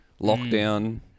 lockdown